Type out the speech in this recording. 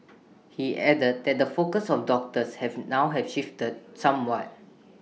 he added that the focus of doctors have now have shifted somewhat